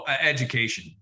education